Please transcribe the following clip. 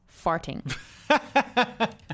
farting